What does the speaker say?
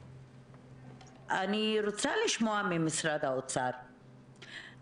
אני רוצה לשמוע ממשרד האוצר,